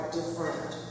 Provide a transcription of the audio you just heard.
different